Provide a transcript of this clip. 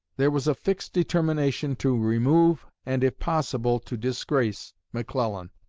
there was a fixed determination to remove, and, if possible, to disgrace, mcclellan.